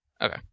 Okay